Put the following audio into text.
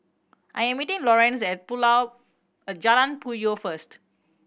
I am meeting Lorenz at at Jalan Puyoh first